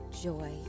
joy